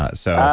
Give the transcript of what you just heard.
ah so,